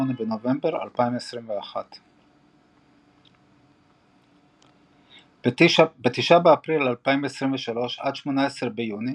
בנובמבר 2021. ב-9 באפריל 2023 עד 18 ביוני